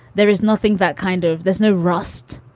there is nothing that kind of. there's no rust.